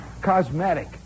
cosmetic